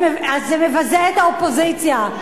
זה מבזה את האופוזיציה.